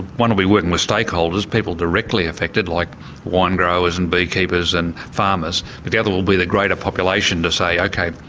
one will be working with stakeholders people directly affected, like wine growers and beekeepers and farmers but the other will be the greater population, to say, ok,